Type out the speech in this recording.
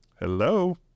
Hello